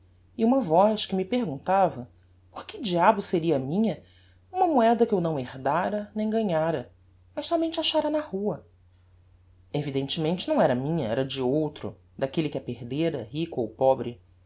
e uma voz que me perguntava porque diabo seria minha uma moeda que eu não herdara nem ganhara mas sómente achara na rua evidentemente não era minha era de outro daquelle que a perdera rico ou pobre